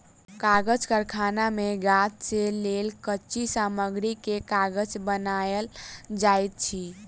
कागज़ कारखाना मे गाछ से लेल कच्ची सामग्री से कागज़ बनायल जाइत अछि